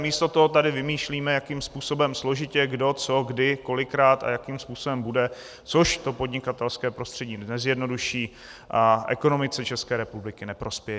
Místo toho tady vymýšlíme, jakým způsobem složitě kdo co kdy kolikrát a jakým způsobem bude, což to podnikatelské prostředí nezjednoduší a ekonomice České republiky neprospěje.